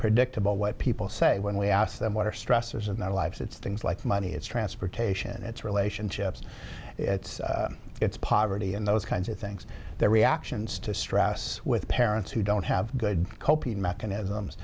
predictable what people say when we asked them what are stressors and not lives it's things like money it's transportation it's relationships it's it's poverty and those kinds of things their reactions to stress with parents who don't have good coping mechanisms